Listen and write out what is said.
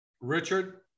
Richard